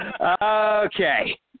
Okay